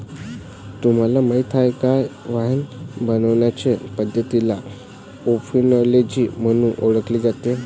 तुम्हाला माहीत आहे का वाइन बनवण्याचे पद्धतीला ओएनोलॉजी म्हणून ओळखले जाते